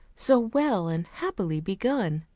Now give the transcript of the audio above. so well and happily begun.